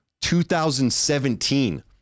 2017